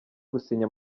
gusinya